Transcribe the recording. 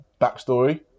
backstory